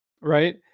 right